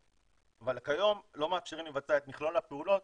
אבל כיום לא מאפשרים לבצע את מכלול הפעולות